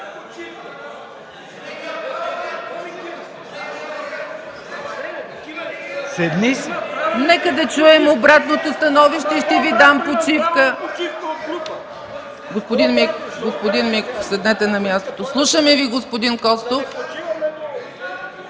ЦАЧЕВА: Нека да чуем обратното становище и ще Ви дам почивка. Господин Миков, седнете си на мястото. Слушаме Ви, господин Костов.